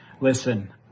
Listen